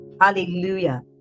Hallelujah